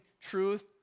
truth